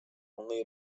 only